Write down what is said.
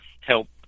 help